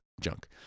junk